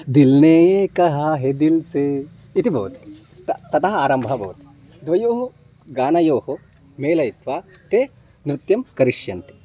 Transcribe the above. दिल् ने ये कहा हे दिल् से इति भवति त ततः आरम्भः भवति द्वयोः गानयोः मेलयित्वा ते नृत्यं करिष्यन्ति